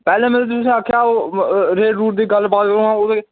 पैह्लें में तुस तुसेईं आखेआ हा ओह् रेट रूट दी गल्ल बात करोआं ओह्दी